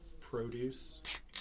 produce